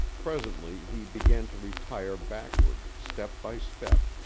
presently he began to retire backward, step by step,